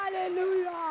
Hallelujah